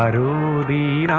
yeah to the